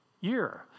year